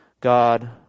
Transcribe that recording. God